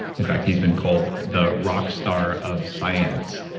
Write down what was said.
in fact, he's been called the rockstar of science.